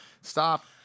stop –